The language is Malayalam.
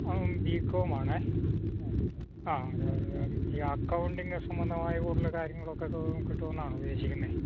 അവൻ ബികോമാണ് ആ അത് ഈ അക്കൗണ്ടിങ്ങ് സംബന്ധമായ കൂടുതൽ കാര്യങ്ങളൊക്കെ കി കിട്ടുമോന്നാണ് ഉദ്ദേശിക്കുന്നത്